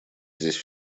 здесь